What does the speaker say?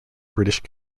british